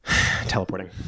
teleporting